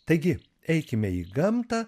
taigi eikime į gamtą